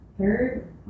Third